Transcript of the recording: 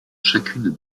chacune